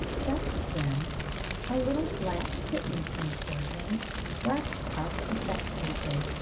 just then a little black kitten came toward him and brushed up affectionately.